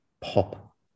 pop